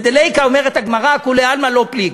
בדליכא, אומרת הגמרא, כולי עלמא לא פליגי.